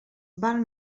val